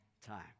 time